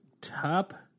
top